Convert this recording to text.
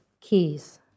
keys